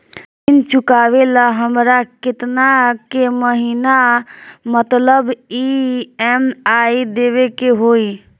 ऋण चुकावेला हमरा केतना के महीना मतलब ई.एम.आई देवे के होई?